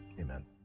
amen